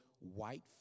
White